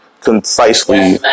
concisely